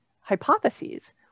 hypotheses